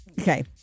Okay